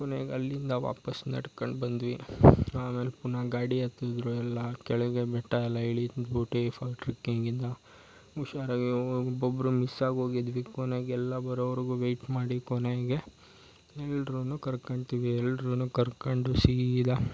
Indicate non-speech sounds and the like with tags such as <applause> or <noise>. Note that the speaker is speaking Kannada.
ಕೊನೆಗೆ ಅಲ್ಲಿಂದ ವಾಪಸ್ಸು ನಡ್ಕೊಂಡು ಬಂದ್ವಿ ಆಮೇಲೆ ಪುನಃ ಗಾಡಿ ಹತ್ತಿದ್ರು ಎಲ್ಲ ಕೆಳಗೆ ಬೆಟ್ಟ ಎಲ್ಲ ಇಳಿದು <unintelligible> ಹುಷಾರಾಗಿ ಒಬ್ಬೊಬ್ರು ಮಿಸ್ಸಾಗಿ ಹೋಗಿದ್ವಿ ಕೊನೆಗೆ ಎಲ್ಲ ಬರೊವರೆಗೂ ವೈಟ್ ಮಾಡಿ ಕೊನೆಗೆ ಎಲ್ಲರೂನು ಕರ್ಕೊಳ್ತೀವಿ ಎಲ್ರೂ ಕರ್ಕೊಂಡು ಸೀದ